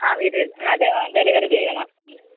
അ വീട് അതെ ഡെലിവറി ചെയ്യണം